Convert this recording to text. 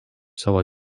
savo